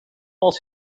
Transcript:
als